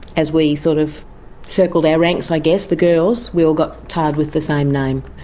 as we sort of circled our ranks, i guess, the girls, we all got tarred with the same name.